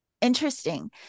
interesting